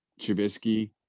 Trubisky